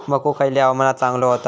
मको खयल्या हवामानात चांगलो होता?